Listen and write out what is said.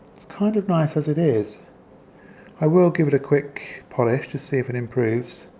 it's kind of nice as it is i will give it a quick polish to see if it improves